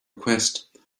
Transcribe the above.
request